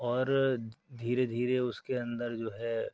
اور دھیرے دھیرے اُس کے اندر جو ہے